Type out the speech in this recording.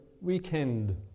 weekend